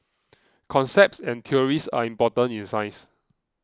concepts and theories are important in science